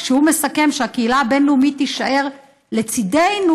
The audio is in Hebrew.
כשהוא מסכם שהקהילה הבין-לאומית תישאר לצידנו,